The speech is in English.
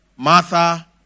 Martha